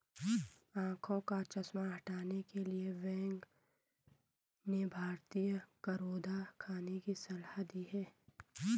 आंखों का चश्मा हटाने के लिए वैद्य ने भारतीय करौंदा खाने की सलाह दी